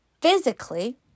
physically